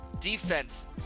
Defense